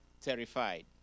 terrified